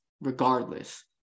regardless